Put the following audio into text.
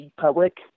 public